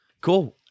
Cool